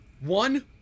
one